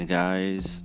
guys